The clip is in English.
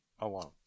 alone